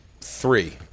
Three